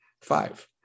five